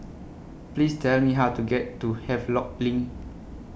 Please Tell Me How to get to Havelock LINK